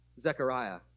Zechariah